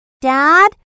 Dad